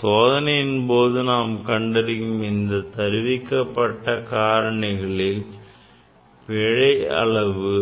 சோதனையின் போது நாம் கண்டறியும் இந்தக் தருவிக்கப்பட்ட காரணிகளின் பிழை அளவு